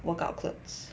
workout clothes